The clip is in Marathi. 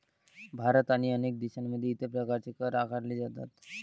भारत आणि अनेक देशांमध्ये इतर प्रकारचे कर आकारले जातात